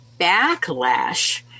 backlash